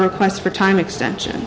requests for time extension